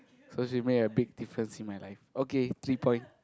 so she make a big difference in my life okay three point